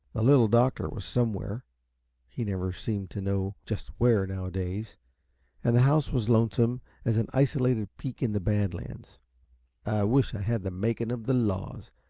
the little doctor was somewhere he never seemed to know just where, nowadays and the house was lonesome as an isolated peak in the bad lands. i wish i had the making of the laws.